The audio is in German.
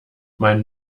mein